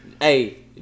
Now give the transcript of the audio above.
Hey